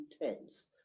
intense